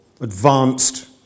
advanced